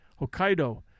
Hokkaido